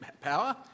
power